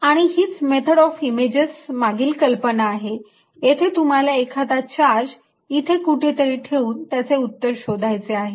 आणि हीच method of images मागील कल्पना आहे येथे तुम्हाला एखादा चार्ज इथे कुठेतरी ठेवून त्याचे उत्तर शोधायचे आहे